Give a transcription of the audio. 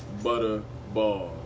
Butterball